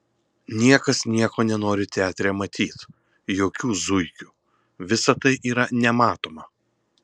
niekas nieko nenori teatre matyt jokių zuikių visa tai yra nematoma